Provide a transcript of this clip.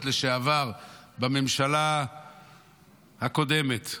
התקשורת לשעבר בממשלה הקודמת.